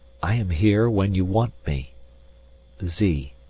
i am here when you want me z.